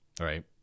right